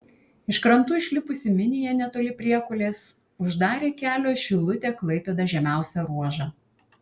iš krantų išlipusi minija netoli priekulės uždarė kelio šilutė klaipėda žemiausią ruožą